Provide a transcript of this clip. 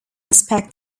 aspect